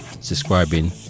subscribing